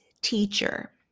teacher